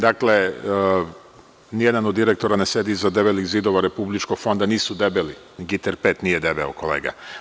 Dakle, ni jedan od direktora ne sedi iza debelih zidova Republičkog fonda, nisu debeli, giter pek nije debeo kolega.